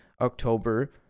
October